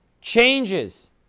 Changes